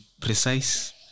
precise